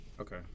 okay